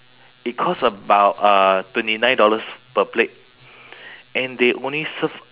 it costs about uh twenty nine dollars per plate and they only serve